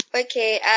Okay